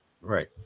Right